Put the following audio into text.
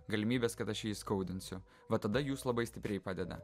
galimybės kad aš jį įskaudinsiu va tada jūs labai stipriai padeda